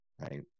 right